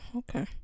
okay